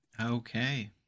okay